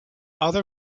other